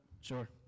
Sure